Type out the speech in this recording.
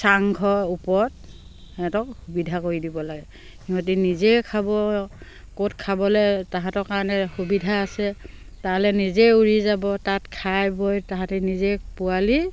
চাংঘৰ ওপৰত সিহঁতক সুবিধা কৰি দিব লাগে সিহঁতি নিজেই খাব ক'ত খাবলৈ সিহঁতৰ কাৰণে সুবিধা আছে তালৈ নিজে উৰি যাব তাত খাই বৈ সিহঁতে নিজে পোৱালি